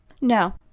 No